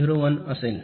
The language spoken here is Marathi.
०१ असेल